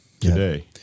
today